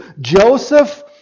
Joseph